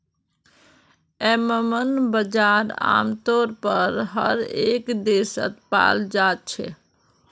येम्मन बजार आमतौर पर हर एक देशत पाल जा छे